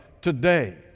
today